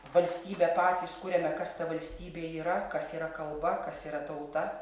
valstybę patys kuriame kas ta valstybė yra kas yra kalba kas yra tauta